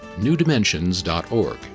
newdimensions.org